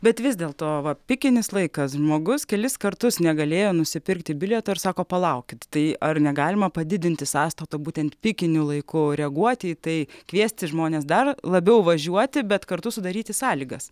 bet vis dėlto va pikinis laikas žmogus kelis kartus negalėjo nusipirkti bilieto ir sako palaukit tai ar negalima padidinti sąstato būtent pikiniu laiku reaguoti į tai kviesti žmones dar labiau važiuoti bet kartu sudaryti sąlygas